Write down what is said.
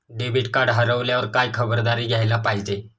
Debit card हरवल्यावर काय खबरदारी घ्यायला पाहिजे?